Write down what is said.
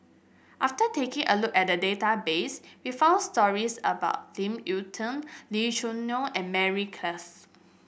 after taking a look at the database we found stories about Ip Yiu Tung Lee Choo Neo and Mary Klass